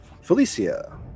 Felicia